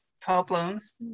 problems